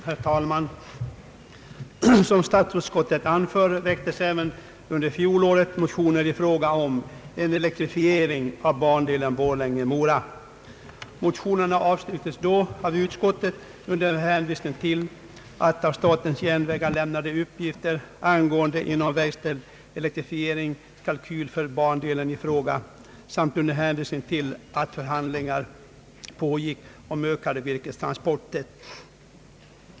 Herr talman! Som statsutskottet anför väcktes även under fjolåret motioner om elektrifiering av bandelen Borlänge—Mora. Motionerna avstyrktes då av utskottet under hänvisning till av statens järnvägar lämnade uppgifter angående en verkställd elektrifieringskalkyl för bandelen i fråga samt under hänvisning till att förhandlingar om ökade virkestransporter pågick.